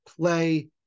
play